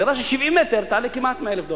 דירה של 70 מטר תעלה כמעט 100,000 דולר.